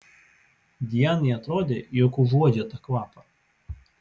dianai atrodė jog užuodžia tą kvapą